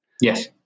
Yes